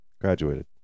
Graduated